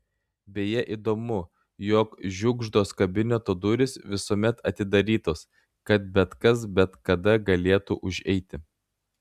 beje įdomu jog žiugždos kabineto durys visuomet atidarytos kad bet kas bet kada galėtų užeiti